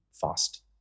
fast